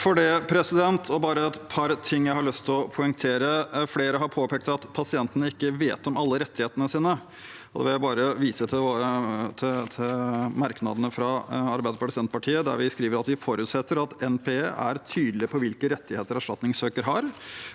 Det er et par ting jeg har lyst til å poengtere. Flere har påpekt at pasientene ikke vet om alle rettighetene sine. Da vil jeg vise til merknadene fra Arbeiderpartiet og Senterpartiet. Der skriver vi at vi forutsetter «at NPE er tydelige på hvilke rettigheter erstatningssøker har,